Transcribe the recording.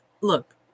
look